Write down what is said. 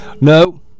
No